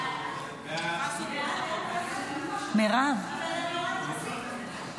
ההצעה להעביר את הצעת חוק